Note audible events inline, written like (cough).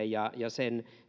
(unintelligible) ja ja sen